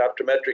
optometric